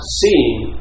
seeing